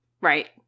Right